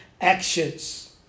actions